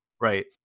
Right